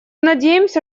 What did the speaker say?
надеемся